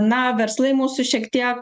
na verslai mūsų šiek tiek